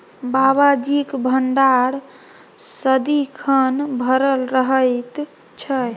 बाबाजीक भंडार सदिखन भरल रहैत छै